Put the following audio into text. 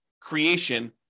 creation